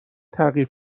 تغییر